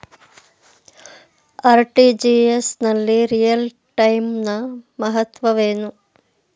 RTGS ನಲ್ಲಿ real time ನ ಮಹತ್ವವೇನು?